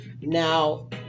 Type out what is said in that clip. Now